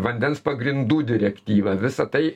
vandens pagrindų direktyva visa tai